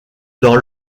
dans